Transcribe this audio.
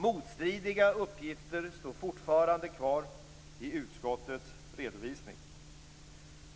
Motstridiga uppgifter står fortfarande kvar i utskottets redovisning.